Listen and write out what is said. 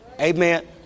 Amen